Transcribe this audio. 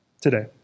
today